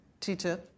TTIP